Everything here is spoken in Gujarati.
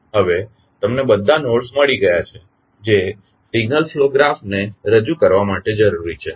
હવે તમને બધા નોડ્સ મળી ગયા છે જે સિગ્નલ ફ્લો ગ્રાફને રજૂ કરવા માટે જરૂરી છે